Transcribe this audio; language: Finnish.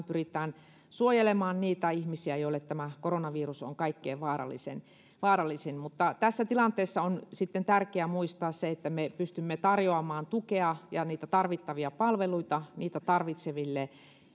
pyritään suojelemaan niitä ihmisiä joille tämä koronavirus on kaikkein vaarallisin vaarallisin mutta tässä tilanteessa on sitten tärkeää muistaa se että meidän pitää pystyä tarjoamaan tukea ja tarvittavia palveluita niitä tarvitseville